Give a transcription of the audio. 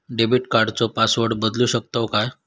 Debit कार्डचो password बदलु शकतव काय?